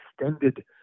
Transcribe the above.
extended